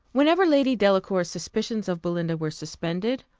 whenever lady delacour's suspicions of belinda were suspended,